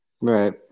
Right